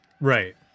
right